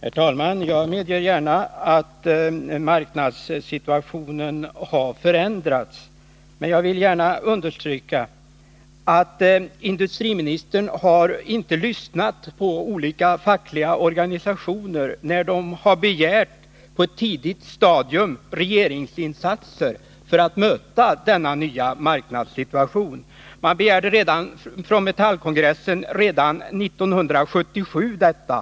Herr talman! Jag medger gärna att marknadssituationen har förändrats. Men jag vill understryka att industriministern inte lyssnade på olika fackliga organisationer när dessa på ett tidigt stadium begärde regeringsinsatser för att möta denna nya marknadssituation. Redan Metallkongressen 1977 begärde sådana insatser.